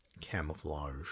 camouflage